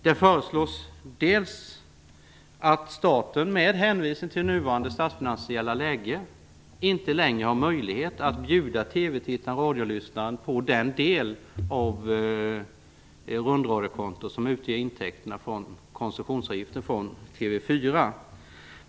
Det innebär till att börja med att staten, med hänvisning till nuvarande statsfinansiella läge, inte längre har möjlighet att bjuda TV-tittaren och radiolyssnaren på den del av det rundradiokonto som utgör intäkterna från koncessionsavgiften från TV4.